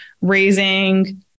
raising